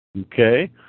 Okay